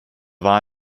war